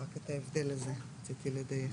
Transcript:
אז רק את ההבדל הזה רציתי לדייק.